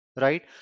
right